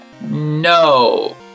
No